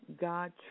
God